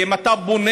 כי אם אתה בונה,